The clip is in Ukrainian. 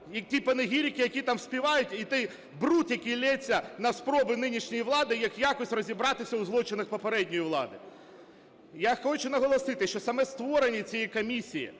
як ті панегірики, які там співають, і той бруд, який ллється на спроби нинішньої влади якось розібратися у злочинах попередньої влади. Я хочу наголосити, що саме створення цієї комісії,